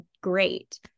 great